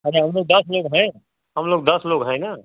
अरे हम लोग दस लोग हैं हम लोग दस लोग हैं न